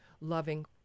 loving